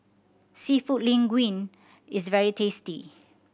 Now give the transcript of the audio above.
Seafood Linguine is very tasty